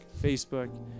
Facebook